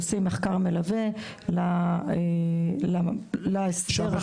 עושים מחקר מלווה להסדר חדש.